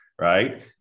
right